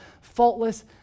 faultless